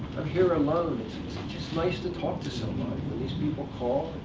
i'm here alone. it's just nice to talk to somebody. when these people call,